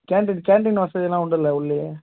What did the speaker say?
canteen canteen வசதிலாம் உண்டுல உள்ளேயே